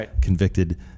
convicted